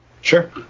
Sure